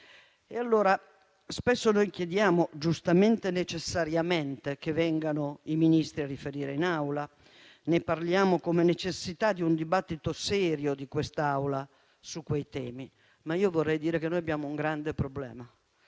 E allora spesso chiediamo, giustamente e necessariamente, che vengano i Ministri a riferire in Aula. Ne parliamo come necessità in un dibattito serio di quest'Aula su quei temi. Ma vorrei dire che abbiamo un grande problema: